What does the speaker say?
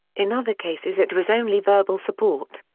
in other cases it was only verbal support.